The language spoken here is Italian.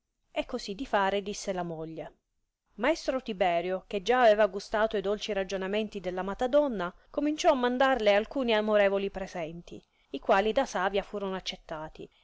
e cosi di fare disse la moglie maestro tiberio che già aveva gustato e dolci ragionamenti dell amata donna cominciò a mandarle alcuni onorevoli presenti i quali da savia furono accettati